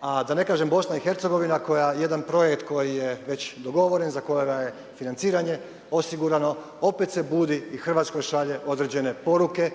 A da ne kažem BiH koja jedan projekt koji je već dogovoren, za kojega je financiranje odgurano, opet se budi i Hrvatskoj šalje određene poruke.